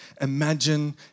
Imagine